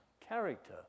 character